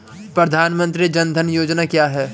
प्रधानमंत्री जन धन योजना क्या है?